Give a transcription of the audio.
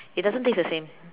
it doesn't taste the same